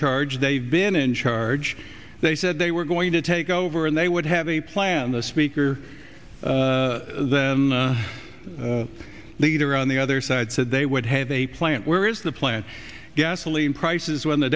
charge they've been in charge they said they were going to take over and they would have a plan the speaker then leader on the other side said they would have a plan where is the plan gasoline prices when the